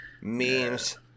memes